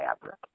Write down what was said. fabric